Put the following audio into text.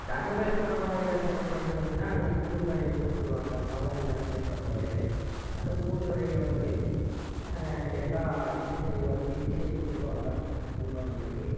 சங்கமேஸ்வரர் கோயிலை சிறப்புன்னுங்கினா அங்கே கூடுதுறைன்ட்டு சொல்லுவாங்க பவானி சங்கமேஸ்வரர் கோயில் அந்த கூடுதொறையில் வந்து எல்லா இது செய்வா திதி செய் கொடுப்பாங்க முன்னோர்களுக்கு